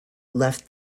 left